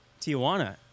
Tijuana